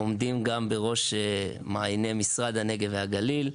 עומדים גם בראש מענייני משרד הנגב והגליל.